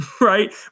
right